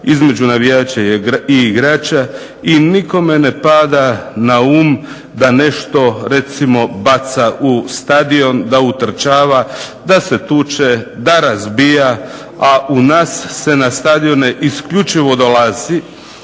između navijača i igrača i nikome ne pada na um da nešto recimo baca u stadion da utrčava, da se tuče, da razbija, a u nas se na stadione isključivo dolazi